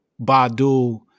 Badu